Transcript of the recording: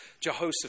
Jehoshaphat